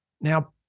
Now